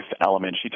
element